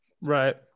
Right